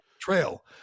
trail